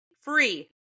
free